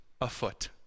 afoot